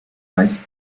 meist